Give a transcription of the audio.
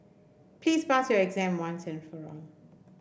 please pass your exam once and for all